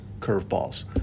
curveballs